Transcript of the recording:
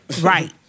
Right